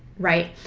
right?